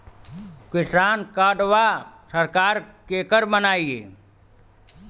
किसान कार्डवा सरकार केकर बनाई?